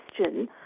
question